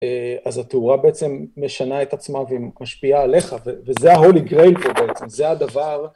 אז התאורה בעצם משנה את עצמה ומשפיעה עליך, וזה ה-Holy Grail פה בעצם, זה הדבר.